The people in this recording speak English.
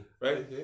right